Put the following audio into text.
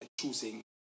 choosing